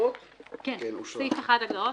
תקנה 1 אושרה.